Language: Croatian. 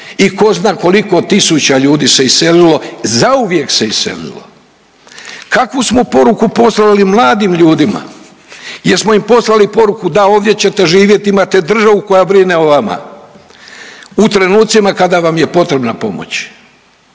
i tko za koliko se tisuća ljudi se iselilo, zauvijek se iselilo. Kakvu smo poruku poslali mladim ljudima? Jesmo li im poslali poruku da ovdje ćete živjeti imate državu koja brine o vama u trenucima kada vam je potrebna pomoć,